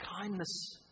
kindness